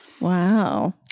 Wow